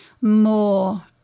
more